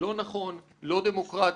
לא נכון, לא דמוקרטי.